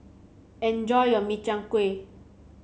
enjoy your Min Chiang Kueh